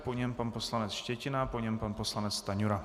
Po něm pan poslanec Štětina, po něm pan poslanec Stanjura.